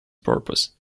purpose